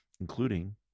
including